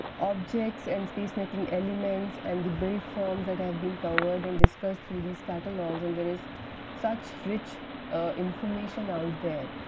objects and space-making elements and the built forms that have been covered and discussed through these catalogues and there is such rich information out there,